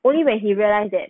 only when he realized that